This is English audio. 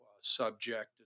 subject